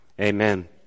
amen